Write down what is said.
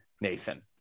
nathan